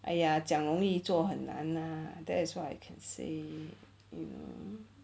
!aiya! 讲容易做很难 lah that's what I can say you know